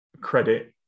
credit